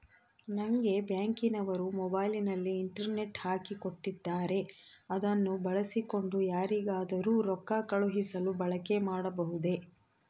ನಂಗೆ ಬ್ಯಾಂಕಿನವರು ಮೊಬೈಲಿನಲ್ಲಿ ಇಂಟರ್ನೆಟ್ ಹಾಕಿ ಕೊಟ್ಟಿದ್ದಾರೆ ಅದನ್ನು ಬಳಸಿಕೊಂಡು ಯಾರಿಗಾದರೂ ರೊಕ್ಕ ಕಳುಹಿಸಲು ಬಳಕೆ ಮಾಡಬಹುದೇ?